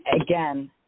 Again